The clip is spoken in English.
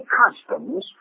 customs